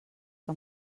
que